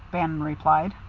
bannon replied.